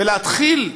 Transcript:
ולהתחיל,